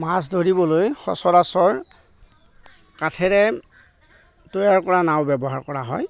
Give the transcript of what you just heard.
মাছ ধৰিবলৈ সচৰাচৰ কাঠেৰে তৈয়াৰ কৰা নাও ব্যৱহাৰ কৰা হয়